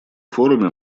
форуме